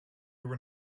were